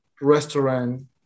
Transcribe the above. restaurant